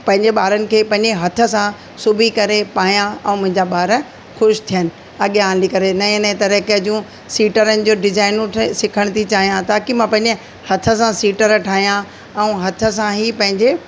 पंहिंजे ॿारनि खे पंहिंजे हथ सां सिबी करे पायां ऐं मुंहिंजा ॿार ख़ुशि थियनि अॻियां हली करे नए नए तरीक़े जूं सीटरनि जी डिज़ाइनूं सिखण थी चाहियां ताकी मां पंहिंजे हथ सां सीटर ठाहियां ऐं हथ सां ई पंहिंजे